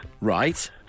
Right